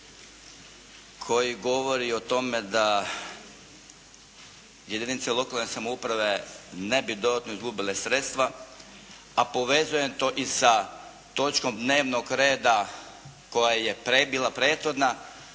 koji govori o tome da jedinice lokalne samouprave ne bi izgubile sredstva, a povezujem to i sa točkom dnevnog reda koja je bila prethodna,